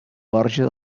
gorga